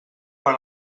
per